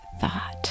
thought